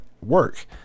work